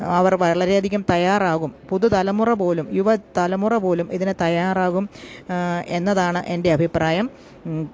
അവർ വളരെയധികം തയ്യാറാകും പുതുതലമുറ പോലും യുവതലമുറ പോലും ഇതിന് തയ്യാറാകും എന്നതാണ് എൻ്റെ അഭിപ്രായം